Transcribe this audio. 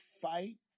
fight